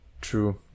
True